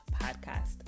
Podcast